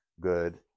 good